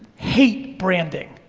hate branding.